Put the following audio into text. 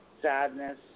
Sadness